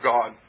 God